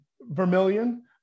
Vermilion